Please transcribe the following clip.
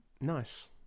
nice